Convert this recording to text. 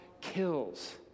kills